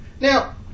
Now